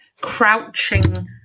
crouching